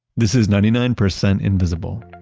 this is ninety nine percent invisible.